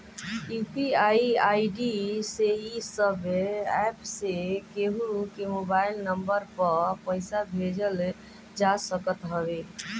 UPI ID से इ सब एप्प से केहू के मोबाइल नम्बर पअ पईसा भेजल जा सकत हवे